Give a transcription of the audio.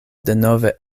denove